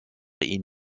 ihn